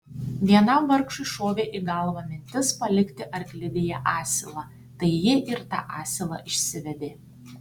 vienam vargšui šovė į galvą mintis palikti arklidėje asilą tai jie ir tą asilą išsivedė